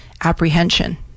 apprehension